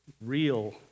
real